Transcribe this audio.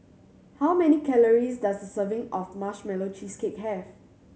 how many calories does a serving of Marshmallow Cheesecake have